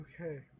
Okay